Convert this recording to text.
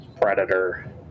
predator